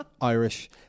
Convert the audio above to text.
Irish